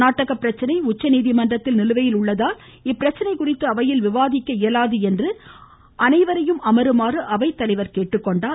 கர்நாடக பிரச்சனை உச்சநீதிமன்றத்தில் நிலுவையில் உள்ளதால் இப்பிரச்சனை குறித்து அவையில் விவாதிக்க இயலாது என்றும் அனைவரையும் அமருமாறு அவைத்தலைவர் கேட்டுக்கொண்டார்